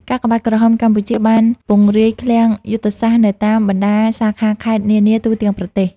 កាកបាទក្រហមកម្ពុជាបានពង្រាយឃ្លាំងយុទ្ធសាស្ត្រនៅតាមបណ្ដាសាខាខេត្តនានាទូទាំងប្រទេស។